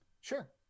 Sure